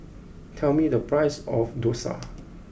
tell me the price of Dosa